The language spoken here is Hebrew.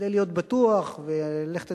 כדי להיות בטוח, לך תדע?